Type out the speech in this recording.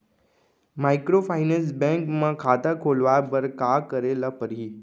Microfinance bank म खाता खोलवाय बर का करे ल परही?